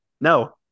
No